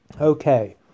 Okay